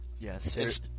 Yes